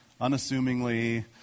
unassumingly